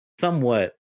somewhat